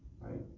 right